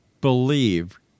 believe